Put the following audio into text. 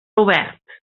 robert